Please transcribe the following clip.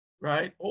right